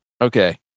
Okay